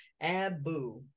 Abu